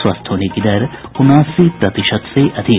स्वस्थ होने की दर उनासी प्रतिशत से अधिक